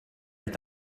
est